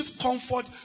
comfort